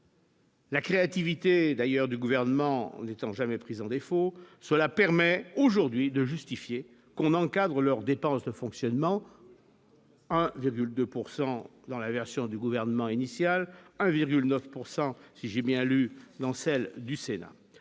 La créativité d'ailleurs du gouvernement n'étant jamais prise en défaut, cela permet aujourd'hui de justifier qu'on encadre leurs dépenses de fonctionnement. 1,2 pourcent dans la version du gouvernement initial 1,9 pourcent si j'ai